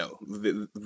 no